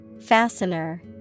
Fastener